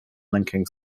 linking